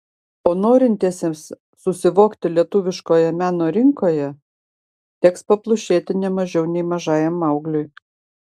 o norintiesiems susivokti lietuviškoje meno rinkoje teks paplušėti ne mažiau nei mažajam maugliui